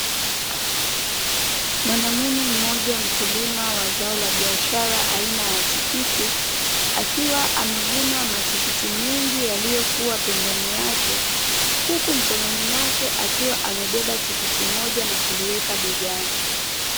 Mwanamume mmoja mkulima wa zao la biashara aina ya tikiti, akiwa amevuna matikiti mengi yaliyokuwa pembeni yake huku mkononi mwake akiwa amebeba tikiti moja na kuliweka begani.